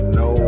no